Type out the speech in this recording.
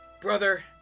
Brother